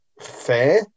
fair